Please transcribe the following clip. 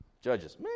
Judges